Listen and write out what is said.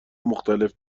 مختلف